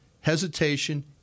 hesitation